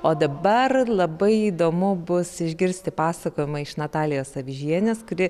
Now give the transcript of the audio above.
o dabar labai įdomu bus išgirsti pasakojimą iš natalijos avyžienės kuri